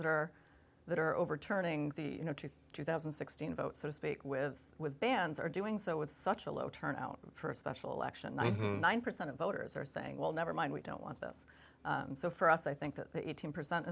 that are that are overturning the two thousand and sixteen vote so to speak with with bans are doing so with such a low turnout for a special election ninety nine percent of voters are saying well never mind we don't want this so for us i think that the eighteen percent